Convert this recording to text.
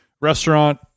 restaurant